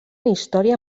història